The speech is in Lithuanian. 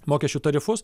mokesčių tarifus